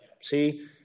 see